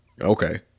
okay